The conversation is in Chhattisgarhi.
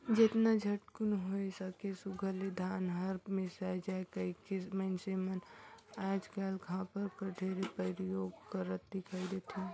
जेतना झटकुन होए सके सुग्घर ले धान हर मिसाए जाए कहिके मइनसे मन आएज काएल हापर कर ढेरे परियोग करत दिखई देथे